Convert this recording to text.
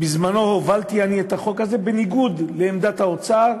בזמני הובלתי אני את החוק הזה בניגוד לעמדת האוצר